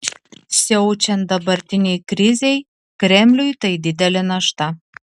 siaučiant dabartinei krizei kremliui tai didelė našta